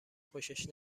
خوشش